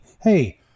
hey